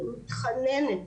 אני מתחננת